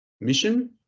Mission